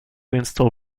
install